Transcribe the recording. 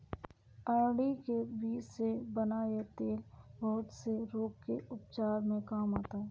अरंडी के बीज से बना यह तेल बहुत से रोग के उपचार में काम आता है